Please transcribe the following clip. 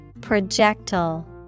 Projectile